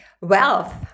Wealth